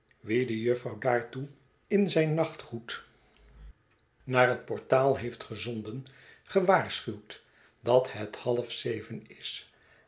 wien de jufvrouw daartoe in zijn nachtgoed naar het portaal heeft gezonden gewaarschuwd dat het half zeven is